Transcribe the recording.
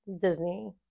disney